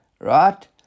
right